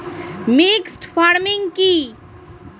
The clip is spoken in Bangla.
মিক্সড ফার্মিং কি?